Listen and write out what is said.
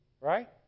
right